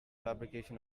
fabrication